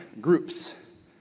groups